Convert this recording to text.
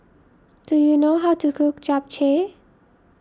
do you know how to cook Japchae